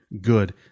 good